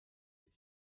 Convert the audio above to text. sich